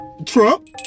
Trump